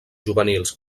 juvenils